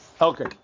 Okay